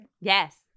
Yes